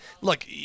look –